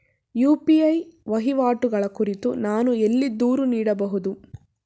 UPI ವಹಿವಾಟುಗಳ ಕುರಿತು ನಾನು ಎಲ್ಲಿ ದೂರು ನೀಡಬಹುದು?